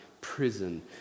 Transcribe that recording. prison